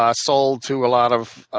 ah sold to a lot of